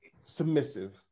submissive